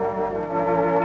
or